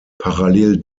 parallel